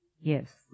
Yes